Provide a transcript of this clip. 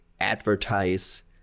advertise